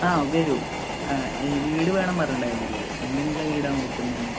ആ വരൂ ഈ വീട് വേണം പറഞ്ഞിട്ടുണ്ടാരുന്നില്ലേ എങ്ങനെയുള്ള വീടാണ് നോക്കുന്നത്